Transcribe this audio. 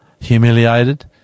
humiliated